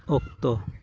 ᱚᱠᱛᱚ